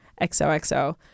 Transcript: XOXO